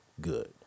good